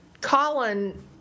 Colin